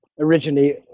Originally